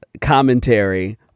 commentary